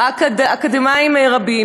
אקדמאים רבים,